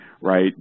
right